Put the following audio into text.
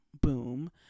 boom